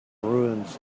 ruins